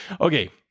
Okay